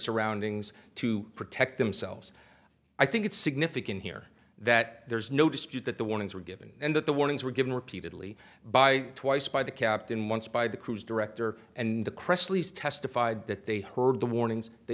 surroundings to protect themselves i think it's significant here that there's no dispute that the warnings were given and that the warnings were given repeatedly by twice by the captain once by the cruise director and the crystalise testified that they heard the warnings they